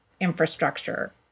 infrastructure